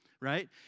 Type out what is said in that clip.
right